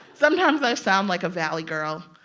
sometimes, i sound like a valley girl,